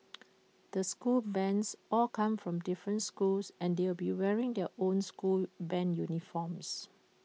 the school bands all come from different schools and they will be wearing their own school Band uniforms